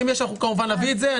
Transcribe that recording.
אם יש, אנחנו כמובן נביא את זה.